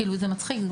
זה מצחיק,